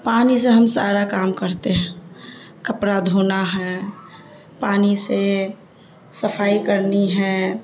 پانی سے ہم سارا کام کرتے ہیں کپڑا دھونا ہے پانی سے صفائی کرنی ہے